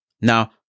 Now